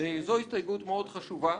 זו הסתייגות מאוד חשובה.